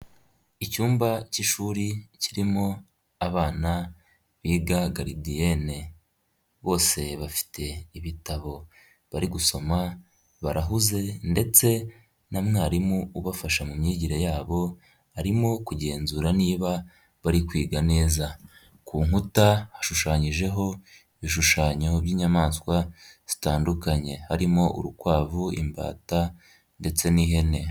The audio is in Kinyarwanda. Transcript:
Icyumba cy'ishuri kirimo abana biga garidiyene, bose bafite ibitabo bari gusoma, barahuze ndetse na mwarimu ubafasha mu myigire yabo arimo kugenzura niba bari kwiga neza; ku nkuta hashushanyijeho ibishushanyo b'inyamaswa zitandukanye harimo: urukwavu, imbata ndetse n'ihene.